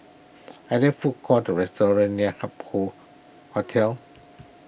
are there food courts or restaurants near Hup Hoe Hotel